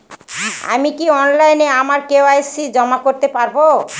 আমি কি অনলাইন আমার কে.ওয়াই.সি জমা করতে পারব?